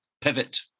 pivot